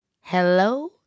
Hello